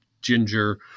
ginger